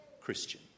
Christian